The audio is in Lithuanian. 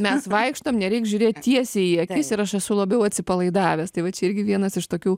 mes vaikštom nereik žiūrėt tiesiai į akis ir aš esu labiau atsipalaidavęs tai vat čia irgi vienas iš tokių